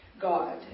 God